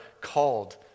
called